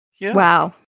Wow